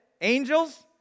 angels